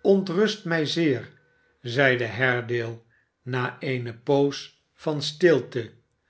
ontrust mij zeer zeide haredale na eene poos van stilte